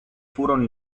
furono